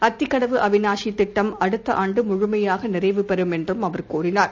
அத்திக்கடவு அவினாசி திட்டம் அடுத்த ஆண்டு முழுமையாக நிறைவுபெறும் என்றும் அவர் கூறினார்